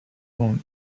won’t